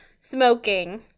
smoking